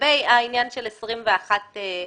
לגבי העניין של 21 הימים.